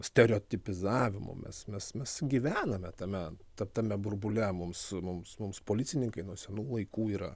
stereotipizavimo mes mes mes gyvename tame ta tame burbule mums mums mums policininkai nuo senų laikų yra